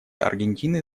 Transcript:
аргентины